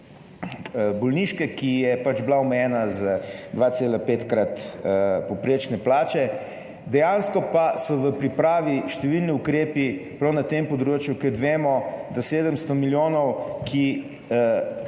bolniške, ki je bila omejena z 2,5-krat povprečne plače. Dejansko pa so v pripravi številni ukrepi prav na tem področju, ker vemo, da 700 milijonov, ki